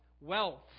wealth